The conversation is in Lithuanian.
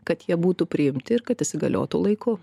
kad jie būtų priimti ir kad įsigaliotų laiku